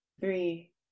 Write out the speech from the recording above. three